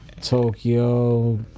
Tokyo